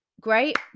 Great